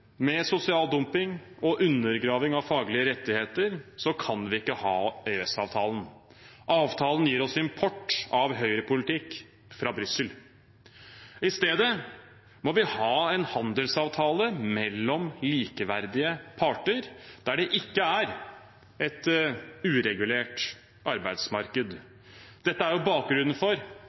med sosial dumping og undergraving av faglige rettigheter, kan vi ikke ha EØS-avtalen. Avtalen gir oss import av høyrepolitikk fra Brussel. I stedet må vi ha en handelsavtale mellom likeverdige parter der det ikke er et uregulert arbeidsmarked. Dette er bakgrunnen for